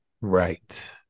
Right